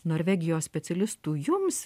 norvegijos specialistų jums